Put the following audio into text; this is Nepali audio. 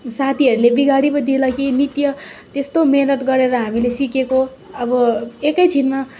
साथीहरूले बिगारी पो देला कि नृत्य त्यस्तो मेहनत गरेर हामीले सिकेको अब एकैछिनमा